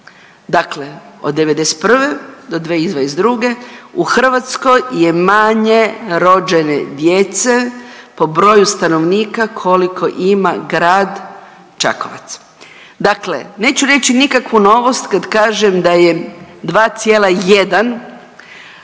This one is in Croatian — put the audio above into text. dakle od '91. do 2022. u Hrvatskoj je manje rođene djece po broju stanovnika koliko ima grad Čakovec. Dakle, neću reći nikakvu novost kad kažem da je 2,1